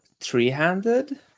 three-handed